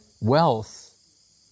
wealth